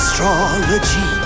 Astrology